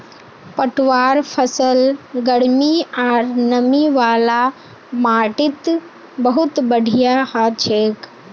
पटवार फसल गर्मी आर नमी वाला माटीत बहुत बढ़िया हछेक